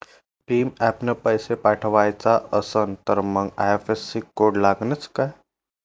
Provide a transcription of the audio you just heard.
भीम ॲपनं पैसे पाठवायचा असन तर मंग आय.एफ.एस.सी कोड लागनच काय?